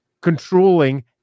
controlling